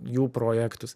jų projektus